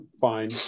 fine